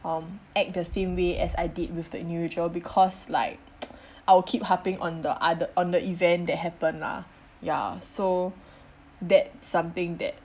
um act the same way as I did with the individual because like I will keep harping on the other on the event that happened lah ya so that's something that